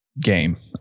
game